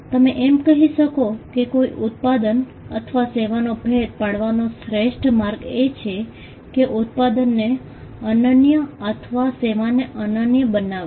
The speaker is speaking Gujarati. તમે એમ કહી શકો કે કોઈ ઉત્પાદન અથવા સેવાનો ભેદ પાડવાનો શ્રેષ્ઠ માર્ગ એ છે કે ઉત્પાદનને અનન્ય અથવા સેવાને અનન્ય બનાવવી